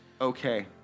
okay